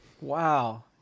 Wow